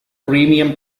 premium